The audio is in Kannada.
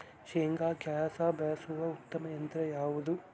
ಶೇಂಗಾ ಕೇಳಲು ಬಳಸುವ ಉತ್ತಮ ಯಂತ್ರ ಯಾವುದು?